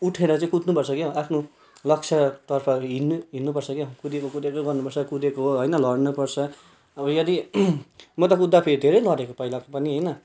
उठेर चाहिँ कुद्नुपर्छ क्या हौ आफ्नो लक्ष्यतर्फ हिँड्नु हिँड्नुपर्छ क्या हौ कुदेको कुदैकै गर्नुपर्छ कुदेको हो होइन लड्नुपर्छ अब यदि म त कुद्दाखेरि धेरै लडेँ पहिला पनि होइन